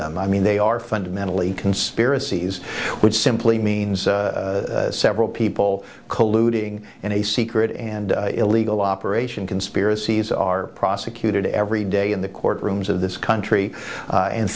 them i mean they are fundamentally conspiracies which simply means several people colluding in a secret and illegal operation conspiracies are prosecuted every day in the courtrooms of this country and